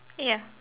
ya